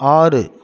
ஆறு